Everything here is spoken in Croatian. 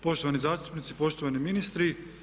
Poštovani zastupnici, poštovani ministri.